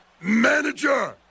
manager